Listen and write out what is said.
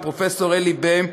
לפרופסור אלי ביהם,